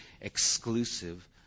exclusive